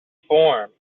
form